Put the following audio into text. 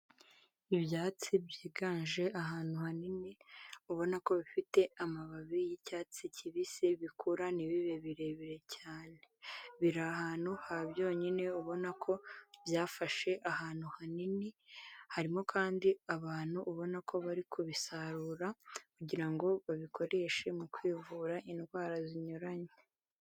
Ibyatsi byiganje ahantu hanini, ubona ko bifite amababi y'icyatsi kibisi, bikura ntibibe birebire cyane, biri ahantu ha byonyine, ubona ko byafashe ahantu hanini harimo kandi abantu ubona ko bari kubisarura, kugirango babikoreshe mu kwivura indwara zinyuranye.